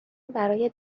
برای